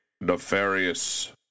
nefarious